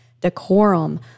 decorum